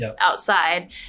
outside